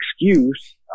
excuse